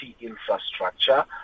infrastructure